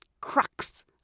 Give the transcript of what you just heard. crux